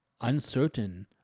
uncertain